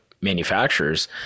manufacturers